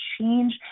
change